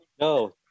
No